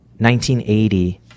1980